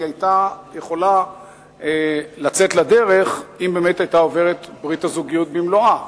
היא היתה יכולה לצאת לדרך אם באמת היתה עוברת ברית הזוגיות במלואה.